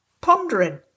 pondering